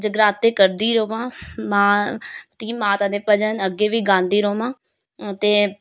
जगराते करदी र'वां मां माता दी भजन अग्गें बी गांदी र'वां ते